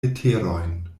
leterojn